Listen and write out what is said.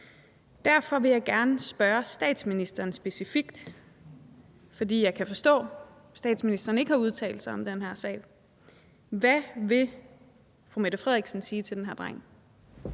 Derfor vil jeg gerne spørge statsministeren specifikt, for jeg kan forstå, at statsministeren ikke har udtalt sig om den her sag: Hvad vil statsministeren sige til den her dreng?